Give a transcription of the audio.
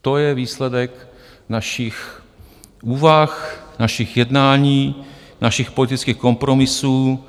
To je výsledek našich úvah, našich jednání, našich politických kompromisů.